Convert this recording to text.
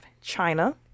China